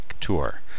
Tour